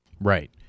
right